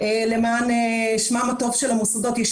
למען שמם הטוב של המוסדות.